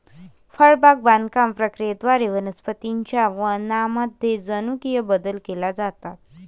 फळबाग बागकाम प्रक्रियेद्वारे वनस्पतीं च्या वाणांमध्ये जनुकीय बदल केले जातात